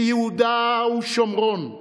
ביהודה ושומרון,